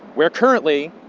where, currently,